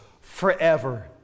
forever